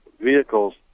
vehicles